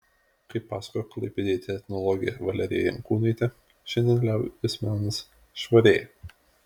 kaip pasakojo klaipėdietė etnologė valerija jankūnaitė šiandien liaudies menas švarėja